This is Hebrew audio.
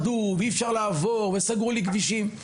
אי אפשר לעבור, סגרו לי כבישים וכולם פחדו.